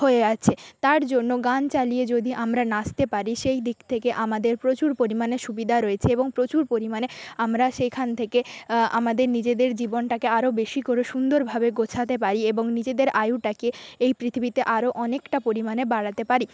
হয়ে আছে তার জন্য গান চালিয়ে যদি আমরা নাচতে পারি সেই দিক থেকে আমাদের প্রচুর পরিমাণে সুবিধা রয়েছে এবং প্রচুর পরিমাণে আমরা সেইখান থেকে আমাদের নিজেদের জীবনটাকে আরও বেশি করে সুন্দরভাবে গোছাতে পারি এবং নিজেদের আয়ুটাকে এই পৃথিবীতে আরও অনেকটা পরিমাণে বাড়াতে পারি